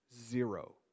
Zero